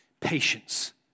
patience